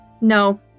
No